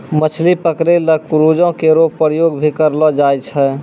मछली पकरै ल क्रूजो केरो प्रयोग भी करलो जाय छै